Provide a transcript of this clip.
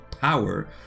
power